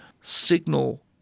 signal